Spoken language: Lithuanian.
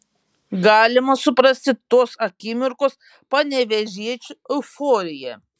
galima suprasti tos akimirkos panevėžiečių euforiją